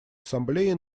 ассамблеи